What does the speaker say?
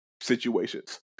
situations